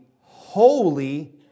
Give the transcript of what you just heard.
holy